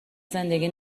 زندگی